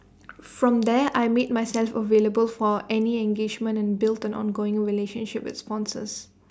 from there I made myself available for any engagements and built an ongoing relationship with sponsors